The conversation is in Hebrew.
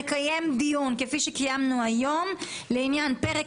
ייצוא, פרק